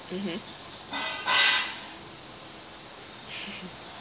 mmhmm